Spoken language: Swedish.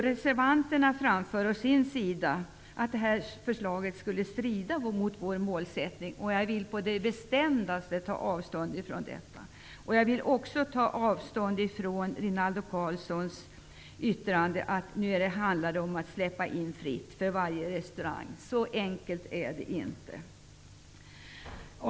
Reservanterna anför att det föreliggande förslaget skulle strida mot vår målsättning. Jag vill på det bestämdaste ta avstånd från detta. Jag vill också ta avstånd från Rinaldo Karlssons yttrande att det nu handlar om att släppa importen fri för varje restaurang. Så enkelt är det inte.